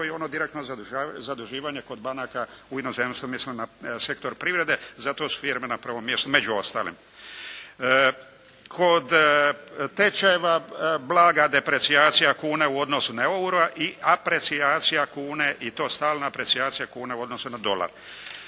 i ono direktno zaduživanje kod banaka u inozemstvu, mislim na sektor privrede, zato su firme na prvom mjestu među ostalim. Kod tečajeva blaga deprecijacija kune u odnosu na euro i aprecijacija kune i to stalna aprecijacija kune u odnosu na dolar.